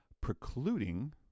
precluding